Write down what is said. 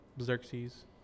Xerxes